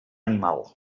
animal